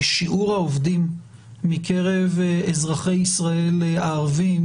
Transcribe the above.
שיעור העובדים מקרב אזרחי ישראל הערבים